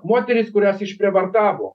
moterys kurias išprievartavo